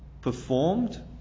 performed